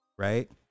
right